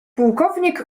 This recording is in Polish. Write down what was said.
pułkownik